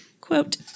quote